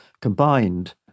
combined